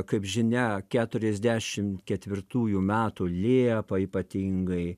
kaip žinia keturiasdešim ketvirtųjų metų liepą ypatingai